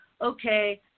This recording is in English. okay